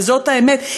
וזאת האמת.